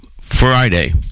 Friday